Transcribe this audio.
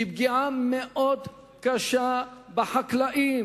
היא פגיעה מאוד קשה בחקלאים,